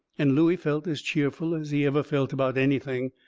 and looey felt as cheerful as he ever felt about anything.